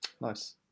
Nice